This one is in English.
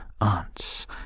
aunts